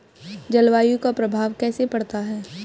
जलवायु का प्रभाव कैसे पड़ता है?